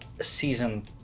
season